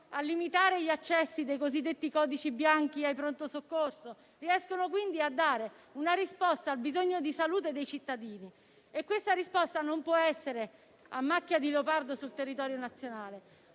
a limitare gli accessi dei cosiddetti codici bianchi ai pronto soccorso; riesce quindi a dare una risposta al bisogno di salute dei cittadini. Tale risposta non può essere a macchia di leopardo sul territorio nazionale: